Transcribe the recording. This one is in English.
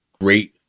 great